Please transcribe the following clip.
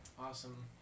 awesome